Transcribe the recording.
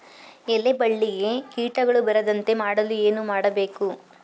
ಎಲೆ ಬಳ್ಳಿಗೆ ಕೀಟಗಳು ಬರದಂತೆ ಮಾಡಲು ಏನು ಮಾಡಬೇಕು?